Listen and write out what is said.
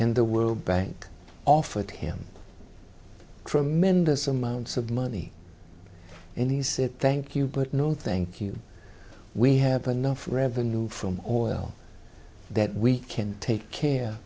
in the world bank offered him tremendous amounts of money in these thank you but no thank you we have enough revenue from oil that we can take care